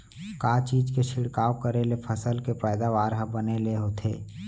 का चीज के छिड़काव करें ले फसल के पैदावार ह बने ले होथे?